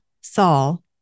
Saul